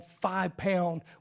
five-pound